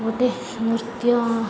ଗୋଟେ ନୃତ୍ୟ